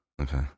okay